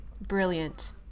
Brilliant